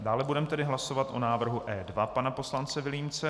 Dále budeme tedy hlasovat o návrhu E2 pana poslance Vilímce.